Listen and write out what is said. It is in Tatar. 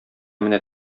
менә